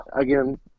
again